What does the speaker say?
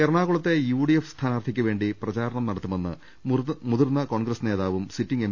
എറണാകുളത്തെ യുഡിഎഫ് സ്ഥാനാർഥിക്ക് വേണ്ടി പ്രചാരണം നടത്തുമെന്ന് മുതിർന്ന കോൺഗ്രസ് നേതാവും സിറ്റിങ് എം